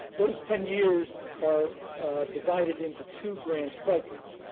those ten years are divided into two grant cycles.